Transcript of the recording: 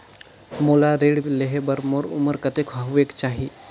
मोला ऋण लेहे बार मोर उमर कतेक होवेक चाही?